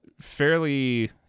fairly